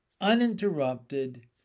uninterrupted